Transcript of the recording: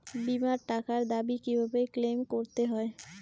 বিমার টাকার দাবি কিভাবে ক্লেইম করতে হয়?